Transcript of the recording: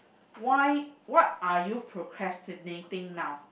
why what are you procrastinating now